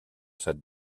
set